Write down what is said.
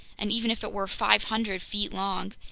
and even if it were five hundred feet long,